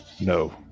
no